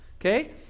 Okay